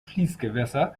fließgewässer